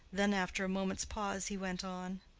then, after a moment's pause, he went on,